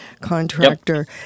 contractor